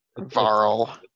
Varl